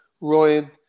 Ryan